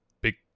big